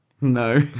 No